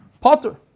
Potter